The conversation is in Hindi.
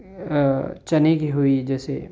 चने की हुई जैसे